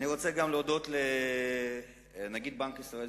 אני רוצה גם להודות לנגיד בנק ישראל,